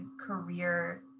career